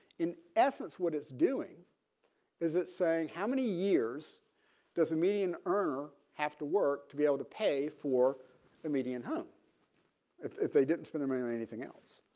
in essence what it's doing is it saying how many years doesn't median earner have to work to be able to pay for the median home if if they didn't spend money on anything else.